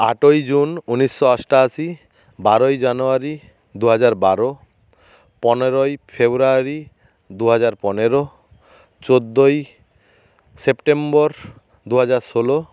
আটই জুন উনিশশো অষ্টআশি বারোই জানুয়ারি দু হাজার বারো পনেরোই ফেব্রুয়ারি দু হাজার পনেরো চোদ্দোই সেপ্টেম্বর দু হাজার ষোলো